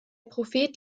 prophet